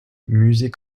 musée